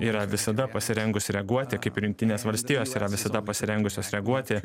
yra visada pasirengusi reaguoti kaip ir jungtinės valstijos yra visada pasirengusios reaguoti